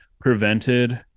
prevented